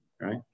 right